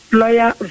lawyer